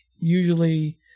usually